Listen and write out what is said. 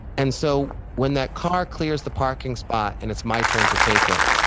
and so, when that car clears the parking spot and it's my turn to take it,